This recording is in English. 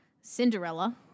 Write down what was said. Cinderella